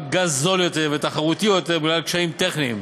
גז זול יותר ותחרותי יותר בגלל קשיים טכניים.